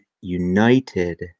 united